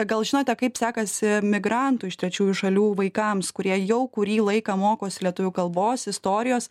gal žinote kaip sekasi migrantų iš trečiųjų šalių vaikams kurie jau kurį laiką mokosi lietuvių kalbos istorijos